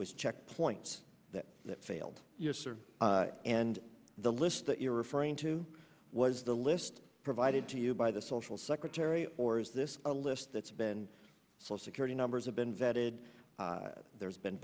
was checkpoint that that failed and the list that you're referring to was the list provided to you by the social secretary or is this a list that's been so security numbers have been vetted there's been